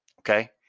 okay